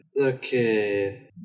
Okay